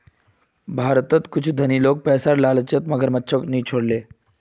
भारतत कुछू धनी लोग पैसार लालचत मगरमच्छको नि छोड ले